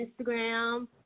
Instagram